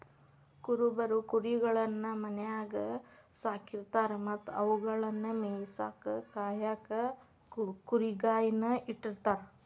ಕುರುಬರು ಕುರಿಗಳನ್ನ ಮನ್ಯಾಗ್ ಸಾಕಿರತಾರ ಮತ್ತ ಅವುಗಳನ್ನ ಮೇಯಿಸಾಕ ಕಾಯಕ ಕುರಿಗಾಹಿ ನ ಇಟ್ಟಿರ್ತಾರ